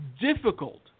difficult